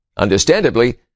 Understandably